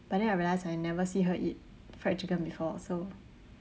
but then I realised I never see her eat fried chicken before so